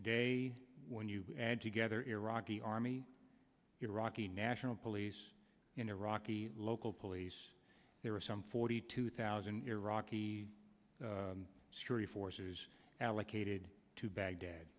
today when you add together iraqi army iraqi national police in iraq the local police there are some forty two thousand iraqi security forces allocated to baghdad